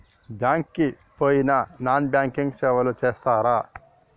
Bank కి పోయిన non banking సేవలు చేస్తరా?